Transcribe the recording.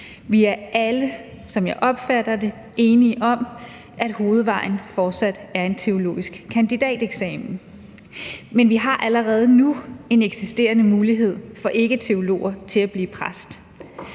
Vi er alle, som jeg opfatter det, enige om, at hovedvejen fortsat er en teologisk kandidateksamen, men vi har allerede nu en eksisterende mulighed for ikketeologer for at blive præst.